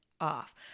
off